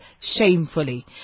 shamefully